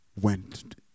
went